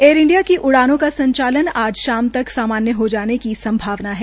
air India की उड़ानों का संचालन आज शाम तक सामान्य हो जाने की संभावना है